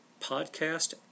podcast